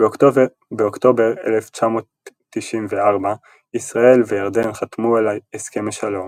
באוקטובר 1994 ישראל וירדן חתמו על הסכם שלום,